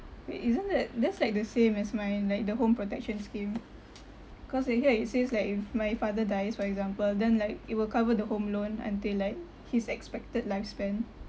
wait isn't that that's like the same as mine like the home protection scheme cause like here it says like if my father dies for example then like it will cover the home loan until like his expected lifespan